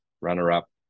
Runner-up